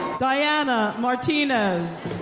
diana martinez.